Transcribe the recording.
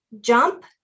jump